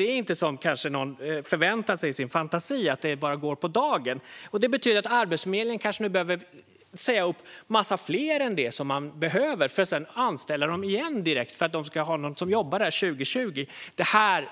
Det är inte som någon kanske kan förvänta sig i sin fantasi, att anställda kan sparkas och gå på dagen. Det betyder att Arbetsförmedlingen kanske behöver säga upp många fler än vad som behövs för att sedan direkt anställa personal igen för att någon ska jobba där 2020. Det här,